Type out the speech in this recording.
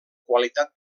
qualitat